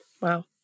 Wow